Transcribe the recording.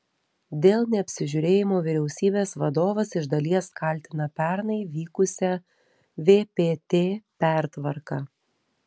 dėl neapsižiūrėjimo vyriausybės vadovas iš dalies kaltina pernai vykusią vpt pertvarką